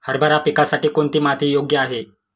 हरभरा पिकासाठी कोणती माती योग्य आहे?